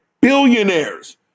billionaires